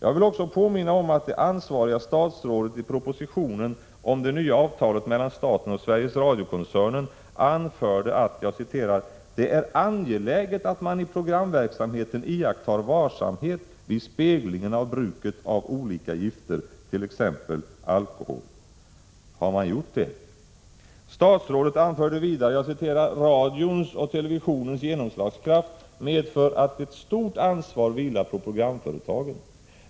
Jag vill också påminna om att det ansvariga statsrådet i propositionen om det nya avtalet mellan staten och Sveriges Radio-koncernen anförde: ”Det är angeläget att man i programverksamheten iakttar varsamhet vid speglingen av bruket av olika gifter, t.ex. alkohol.” Har man gjort det? Statsrådet anförde vidare: ”Radions och televisionens genomslagskraft medför att ett stort ansvar vilar på programföretagen.